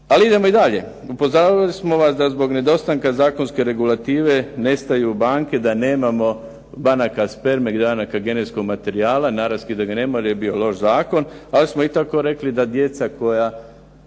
Ali idemo i dalje. Upozoravali smo vas da zbog nedostatka zakonske regulative nestaju banke, da nemamo banaka sperme .../Govornik se ne razumije./ ... genetskog materijala. Naravski da ga nema, jer je bio loš zakon, ali smo i tako rekli, ako djeca koja